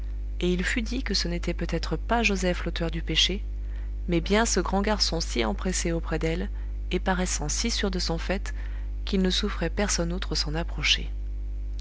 et il fut dit que ce n'était peut-être pas joseph l'auteur du péché mais bien ce grand garçon si empressé auprès d'elle et paraissant si sûr de son fait qu'il ne souffrait personne autre s'en approcher